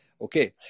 Okay